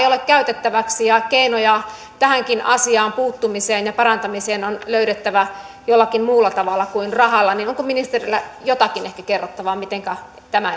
ole käytettäväksi ja keinoja tähänkin asiaan puuttumiseen ja sen parantamiseen on löydettävä jollakin muulla tavalla kuin rahalla onko ministerillä ehkä jotakin kerrottavaa mitenkä tämä